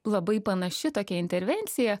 labai panaši tokia intervencija